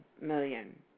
million